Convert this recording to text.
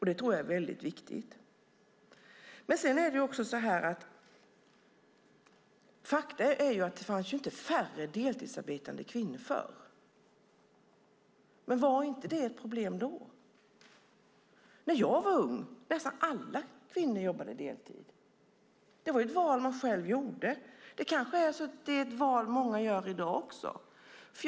Det tror jag är väldigt viktigt. Faktum är att det inte fanns färre deltidsarbetande kvinnor förr. Var det inte ett problem då? När jag var ung jobbade nästan alla kvinnor deltid. Det var ett val man själv gjorde, och det kanske är ett val många gör också i dag.